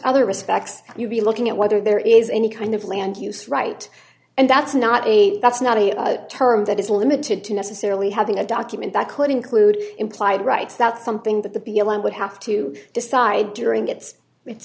other respects you'd be looking at whether there is any kind of land use right and that's not a that's not a term that is limited to necessarily having a document that could include implied rights that's something that the b l m would have to decide during its